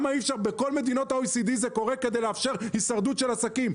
בכל מדינות ה-OECD זה קורה כדי לאפשר הישרדות של עסקים.